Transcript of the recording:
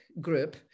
group